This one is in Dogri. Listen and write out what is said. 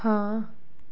हां